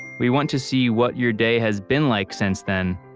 we want to see what your day has been like since then.